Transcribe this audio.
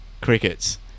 crickets